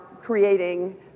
creating